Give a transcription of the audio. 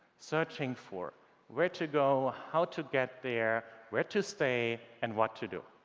searching for where to go, how to get there, where to stay and what to do.